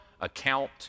account